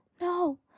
No